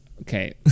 okay